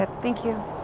ah thank you.